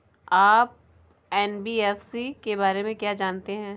आप एन.बी.एफ.सी के बारे में क्या जानते हैं?